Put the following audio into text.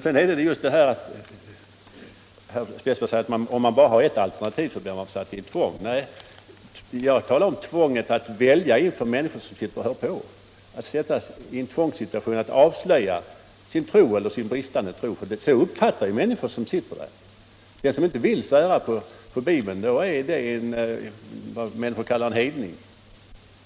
Sedan sade herr Westberg att om det bara finns en möjlighet så blir det ett tvång. Nej, jag talade om tvånget att välja inför människor som sitter och hör på, att alltså avslöja sin tro eller sin bristande tro. Så uppfattas det nämligen av människorna som sitter i tingssalen. Den som inte vill svära på Bibeln är vad människor kallar för en hedning.